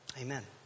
Amen